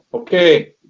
okay,